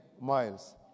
miles